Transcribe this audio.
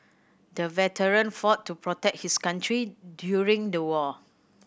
the veteran fought to protect his country during the war